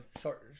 short